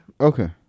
Okay